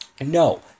No